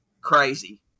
Crazy